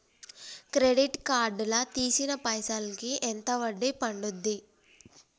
Credit card లా తీసిన పైసల్ కి ఎంత వడ్డీ పండుద్ధి?